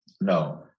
no